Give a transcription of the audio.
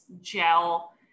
gel